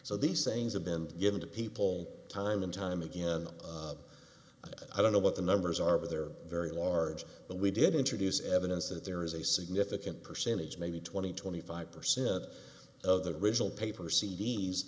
so these sayings have been given to people time and time again i don't know what the numbers are but they're very large but we did introduce evidence that there is a significant percentage maybe twenty twenty five percent of the original paper c